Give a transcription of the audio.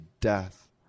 death